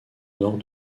nord